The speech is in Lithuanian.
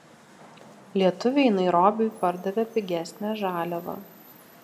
lietuviai nairobiui pardavė pigesnę žaliavą